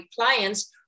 clients